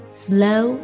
slow